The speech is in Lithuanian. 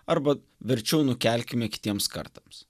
arba verčiau nukelkime kitiems kartams